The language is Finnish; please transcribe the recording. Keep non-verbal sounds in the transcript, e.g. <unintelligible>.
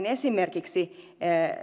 <unintelligible> esimerkiksi